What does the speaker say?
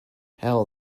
hell